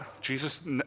Jesus